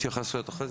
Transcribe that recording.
התייחסויות.